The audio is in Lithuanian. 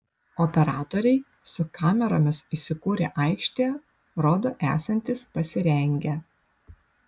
operatoriai su kameromis įsikūrę aikštėje rodo esantys pasirengę